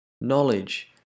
knowledge